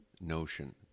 notion